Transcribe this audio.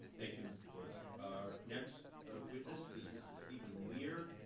thank you, mr. boyce. our next witness is mr. steven leer.